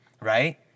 right